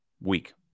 week